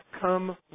come